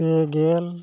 ᱯᱮ ᱜᱮᱞ